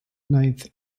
ninth